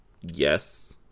yes